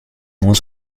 was